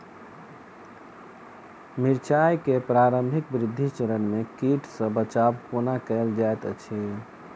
मिर्चाय केँ प्रारंभिक वृद्धि चरण मे कीट सँ बचाब कोना कैल जाइत अछि?